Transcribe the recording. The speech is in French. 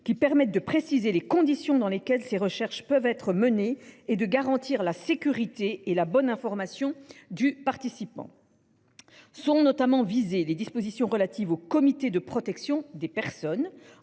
qui permettent de préciser les conditions dans lesquelles ces recherches peuvent être menées et de garantir la sécurité et la bonne information du participant. Sont notamment visées les dispositions relatives aux comités de protection des personnes.